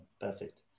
Perfect